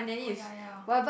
oh ya ya